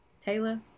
Taylor